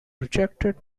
rejected